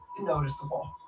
noticeable